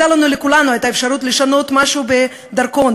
לכולנו הייתה אפשרות לשנות משהו בדרכון,